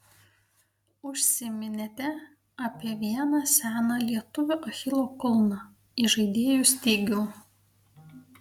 užsiminėte apie vieną seną lietuvių achilo kulną įžaidėjų stygių